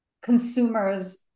consumers